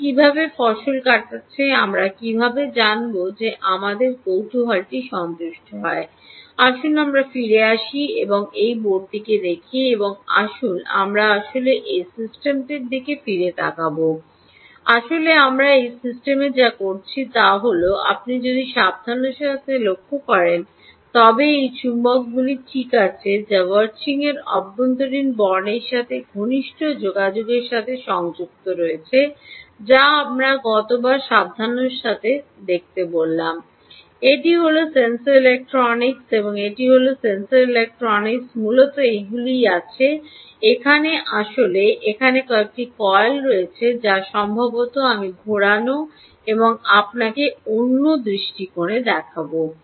এটি কীভাবে ফসল কাটাচ্ছে আমরা কীভাবে জানব যে আমাদের কৌতূহলটি সন্তুষ্ট হয় আসুন আমরা ফিরে আসি এবং এই বোর্ডটি দেখি এবং আসুন আমরা আসলে এই সিস্টেমটির দিকে ফিরে তাকাব আসলে আমরা এই সিস্টেমে যা করেছি তা হল আপনি যদি সাবধানতার সাথে লক্ষ্য করেন তবে এই চৌম্বকগুলি ঠিক আছে যা যা ভার্চিংয়ের অভ্যন্তরীণ বর্ণের সাথে ঘনিষ্ঠ যোগাযোগের সাথে সংযুক্ত রয়েছে যা আমরা গতবার সাবধানতার সাথে দেখলে বললাম এটি হল হল সেন্সর ইলেক্ট্রনিক্স এই এই হল সেন্সর ইলেকট্রনিক্স মূলত এইগুলি আছে এখানে আসলে এখানে একটি কয়েল রয়েছে যা সম্ভবত আমি ঘোরানো এবং আপনাকে অন্য দৃষ্টিকোণে দেখাব